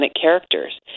characters